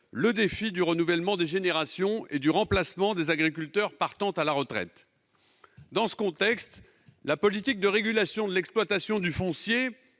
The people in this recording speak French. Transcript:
le défi du renouvellement des générations et du remplacement des agriculteurs partant à la retraite. Dans ce contexte, la politique de régulation de l'exploitation du foncier